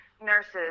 nurses